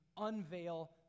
unveil